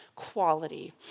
quality